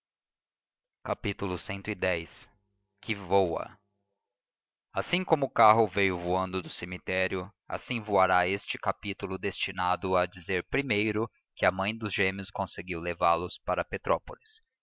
digamos gêmea cx que voa assim como o carro veio voando do cemitério assim voará este capítulo destinado a dizer primeiro que a mãe dos gêmeos conseguiu levá los para petrópolis